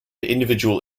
individual